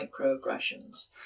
microaggressions